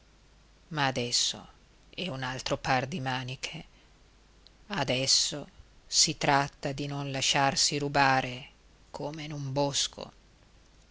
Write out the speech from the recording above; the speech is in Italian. ma adesso è un altro par di maniche adesso si tratta di non lasciarsi rubare come in un bosco